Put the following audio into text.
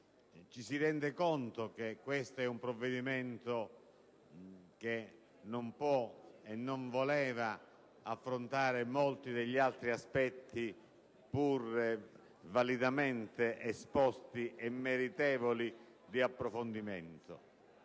ci si rende conto che questo è un provvedimento che non può affrontare - e non voleva farlo - molti degli altri aspetti, pur validamente esposti e meritevoli di approfondimento.